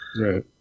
Right